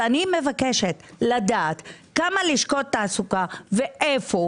אני מבקשת לדעת כמה לשכות תעסוקה ואיפה